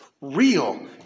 Real